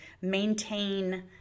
maintain